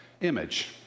image